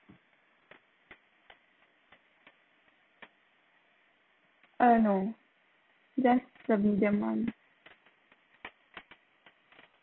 uh no just the medium one